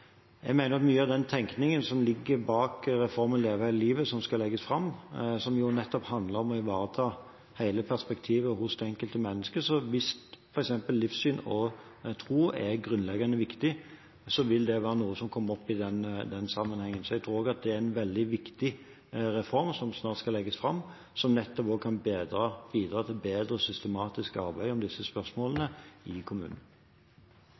Jeg mener at mye av den tenkningen som ligger bak reformen Leve hele livet, som skal legges fram, handler nettopp om å ivareta hele perspektivet på det enkelte mennesket. Hvis livssyn og tro er grunnleggende viktig, vil det være noe som kommer opp i den sammenhengen. Så jeg tror det er en veldig viktig reform som snart skal legges fram, som også kan bidra til et bedre og mer systematisk arbeid i disse spørsmålene i